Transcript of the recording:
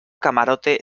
camarote